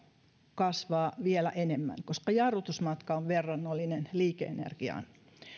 kasvaa vielä enemmän koska jarrutusmatka on verrannollinen liike energiaan